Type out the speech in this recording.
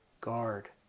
Guard